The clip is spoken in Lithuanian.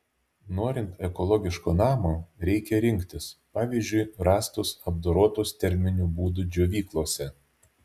norint ekologiško namo reikia rinktis pavyzdžiui rąstus apdorotus terminiu būdu džiovyklose